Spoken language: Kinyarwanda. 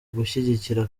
gushyigikira